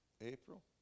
April